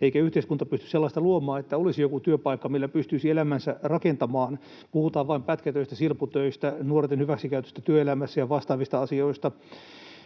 eikä yhteiskunta pysty sellaista luomaan, että olisi joku työpaikka, mille pystyisi elämänsä rakentamaan. Kun puhutaan vain pätkätöistä, silpputöistä, nuorten hyväksikäytöstä työelämässä ja vastaavista asioista,